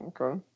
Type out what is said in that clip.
Okay